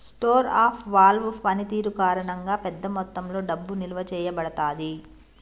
store of value పనితీరు కారణంగా, పెద్ద మొత్తంలో డబ్బు నిల్వ చేయబడతాది